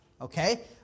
okay